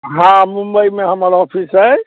हाँ मुम्बइमे हमर ऑफिस अइ